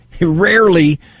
rarely